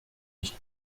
ich